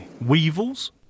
Weevils